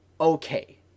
okay